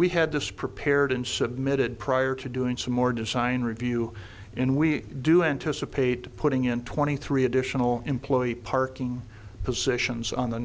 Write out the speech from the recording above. we had disappeared and submitted prior to doing some more design review and we do anticipate putting in twenty three additional employee parking positions on the